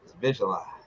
visualize